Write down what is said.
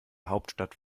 hauptstadt